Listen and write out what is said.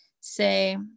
say